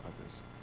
others